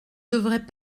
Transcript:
devraient